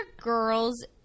girls